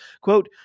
Quote